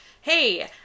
hey